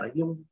yung